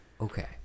Okay